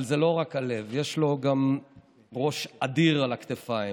אבל זה לא רק הלב, יש לו גם ראש אדיר על הכתפיים.